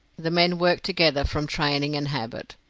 the men worked together from training and habit.